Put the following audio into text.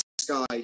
sky